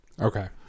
Okay